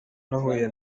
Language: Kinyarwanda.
nahuye